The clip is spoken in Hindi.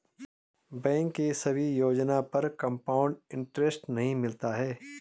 बैंक के सभी योजना पर कंपाउड इन्टरेस्ट नहीं मिलता है